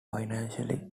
financially